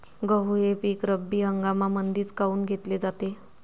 गहू हे पिक रब्बी हंगामामंदीच काऊन घेतले जाते?